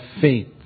faith